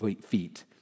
feet